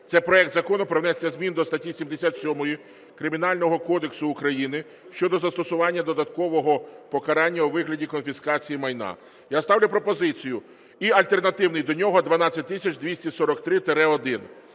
Це проект Закону про внесення змін до статті 77 Кримінального кодексу України щодо застосування додаткового покарання у виді конфіскації майна. Я ставлю пропозицію… І альтернативний до нього 12243-1.